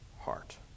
heart